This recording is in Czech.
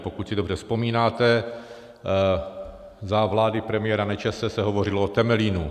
Pokud si dobře vzpomínáte, za vlády premiéra Nečase se hovořilo o Temelínu.